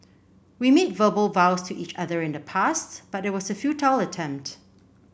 we made verbal vows to each other in the past but it was a futile attempt